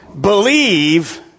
believe